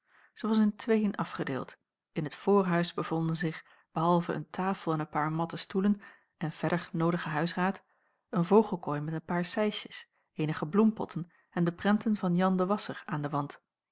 zij was in tweeën afgedeeld in het voorhuis bevonden zich behalve een tafel en een paar matten stoelen en verder noodige huisraad een vogelkooi met een paar sijsjes eenige bloempotten en de prenten van jan de wasscher aan den wand